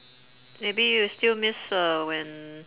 maybe you still miss uh when